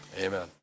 amen